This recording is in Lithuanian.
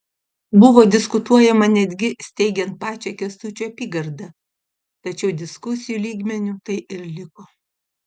buvo diskutuojama netgi steigiant pačią kęstučio apygardą tačiau diskusijų lygmeniu tai ir liko